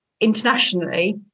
internationally